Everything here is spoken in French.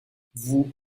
vous